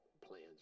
plans